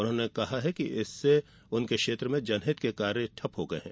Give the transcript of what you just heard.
उन्होंने कहा कि इससे उनके क्षेत्र में जनहित के कार्य ठप्प हो गये हैं